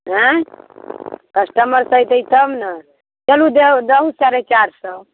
आँय कस्टमर अइतै तब ने चलू दहू साढ़े चारि सए